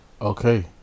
okay